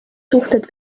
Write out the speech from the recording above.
suhted